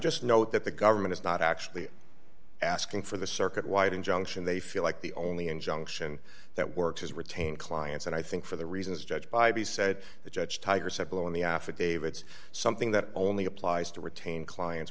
just note that the government is not actually asking for the circuit wide injunction they feel like the only injunction that works is retained clients and i think for the reasons judge bybee said that judge tiger said below in the affidavits something that only applies to retain clients